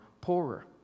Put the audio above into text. poorer